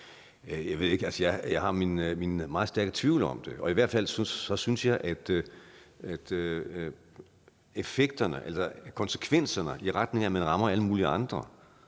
jeg har mine meget stærke tvivl om det, og jeg synes i hvert fald, at effekterne af det, altså konsekvenserne, går i retning af, at man rammer alle mulige andre,